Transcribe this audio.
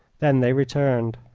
then they returned.